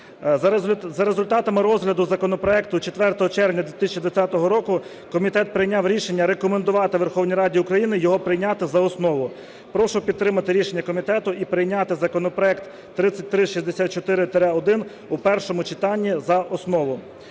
За результатами розгляду законопроекту 4 червня 2020 року комітет прийняв рішення рекомендувати Верховній Раді України його прийняти за основу. Прошу підтримати рішення комітету і прийняти законопроект 3364-1 у першому читанні за основу.